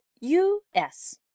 U-S